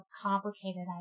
complicated